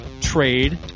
trade